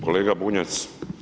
Kolega Bunjac.